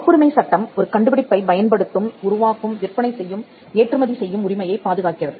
காப்புரிமை சட்டம் ஒரு கண்டுபிடிப்பை பயன்படுத்தும் உருவாக்கும் விற்பனை செய்யும் ஏற்றுமதி செய்யும் உரிமையைப் பாதுகாக்கிறது